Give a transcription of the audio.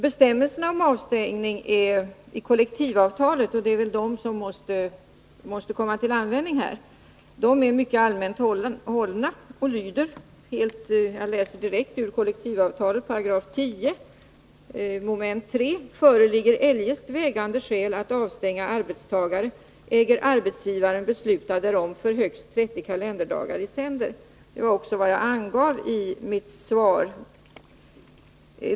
Bestämmelserna om avstängning i kollektivavtalet — det är väl de som måste komma till användning här — är mycket allmänt hållna och lyder på följande sätt — jag läser direkt ur kollektivavtalet 10 § 3 mom.: ”Föreligger eljest vägande skäl att avstänga arbetstagare, äger arbetsgivaren besluta därom för högst 30 kalenderdagar i sänder.” Det var också vad jag angav i mitt svar.